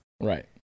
Right